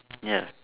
ya